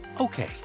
Okay